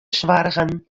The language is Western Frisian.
soargen